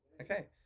Okay